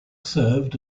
served